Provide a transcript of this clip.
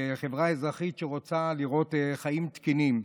חברה אזרחית שרוצה לראות חיים תקינים.